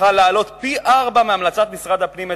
צריכה להעלות את הארנונה פי-ארבעה מהמלצת משרד הפנים,